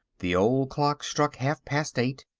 the old clock struck half-past eight,